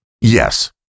Yes